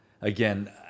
again